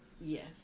Yes